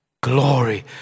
glory